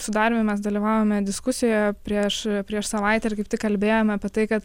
sudarėme mes dalyvavome diskusijoje prieš prieš savaitę ir kaip tik kalbėjome apie tai kad